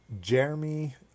Jeremy